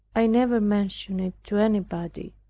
i never mentioned it to anybody.